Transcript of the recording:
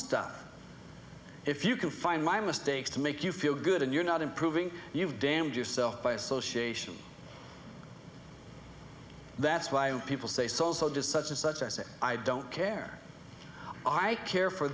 stuff if you can find my mistakes to make you feel good and you're not improving you've damned yourself by association that's why people say so so just such and such i say i don't care i care for